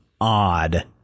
odd